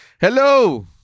Hello